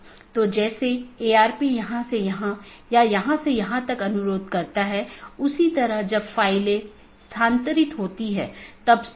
और अगर आप फिर से याद करें कि हमने ऑटॉनमस सिस्टम फिर से अलग अलग क्षेत्र में विभाजित है तो उन क्षेत्रों में से एक क्षेत्र या क्षेत्र 0 बैकबोन क्षेत्र है